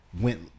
went